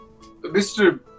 Mr